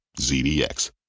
ZDX